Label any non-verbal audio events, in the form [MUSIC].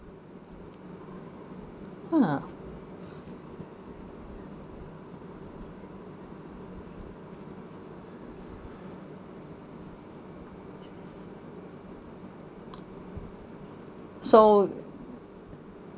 [NOISE] so